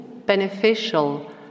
beneficial